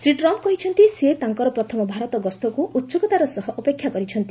Shri Trump କହିଛନ୍ତି ସେ ତାଙ୍କର ପ୍ରଥମ ଭାରତ ଗସ୍ତକୁ ଉତ୍ସକତାର ସହ ଅପେକ୍ଷା କରିଛନ୍ତି